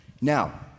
Now